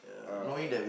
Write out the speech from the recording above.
uh